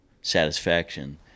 satisfaction